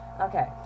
okay